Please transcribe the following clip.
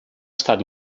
estat